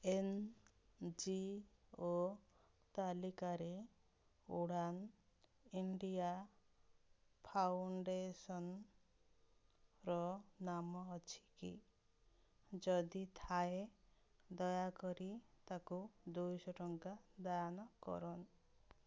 N G O ତାଲିକାରେ Udaan India ଫାଉଣ୍ଡେସନ୍ର ନାମ ଅଛି କି ଯଦି ଥାଏ ଦୟାକରି ତାକୁ ହୁଇଶ ଟଙ୍କା ଦାନ କର